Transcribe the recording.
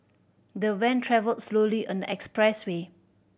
the van travelled slowly on the expressway